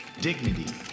dignity